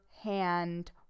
hand